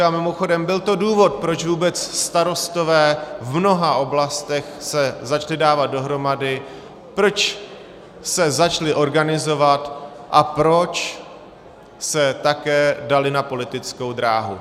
A mimochodem byl to důvod, proč vůbec starostové v mnoha oblastech se začali dávat dohromady, proč se začali organizovat a proč se také dali na politickou dráhu.